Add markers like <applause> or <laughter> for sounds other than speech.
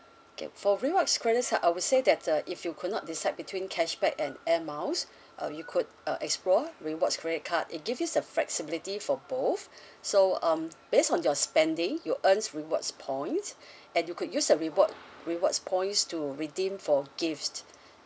K for rewards credit card I would say that uh if you could not decide between cashback and Air Miles uh you could uh explore rewards credit card it give you a flexibility for both <breath> so um based on your spending you earn rewards points <breath> and you could use the reward rewards points to redeem for gifts